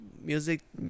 Music